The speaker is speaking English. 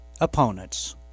opponents